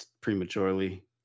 prematurely